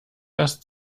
erst